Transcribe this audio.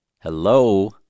Hello